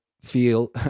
feel